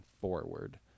forward